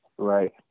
right